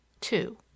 two